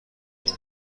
این